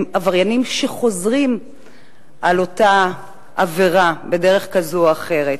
הם עבריינים שחוזרים על אותה עבירה בדרך כזאת או אחרת.